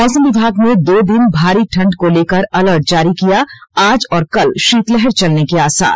मौसम विभाग ने दो दिन भारी ठंड को लेकर अलर्ट जारी किया आज और कल शीतलहर चलने के आसार